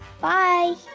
Bye